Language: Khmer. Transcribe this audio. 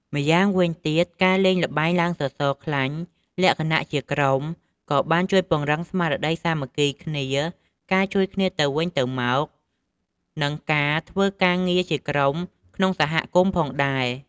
ម៉្យាងវិញទៀតការលេងល្បែងឡើងសសរខ្លាញ់លក្ខណៈជាក្រុមក៏បានជួយពង្រឹងស្មារតីសាមគ្គីគ្នា ការជួយគ្នាទៅវិញទៅមក និងការធ្វើការងារជាក្រុមក្នុងសហគមន៍ផងដែរ។